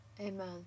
Amen